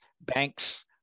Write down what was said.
banks